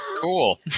Cool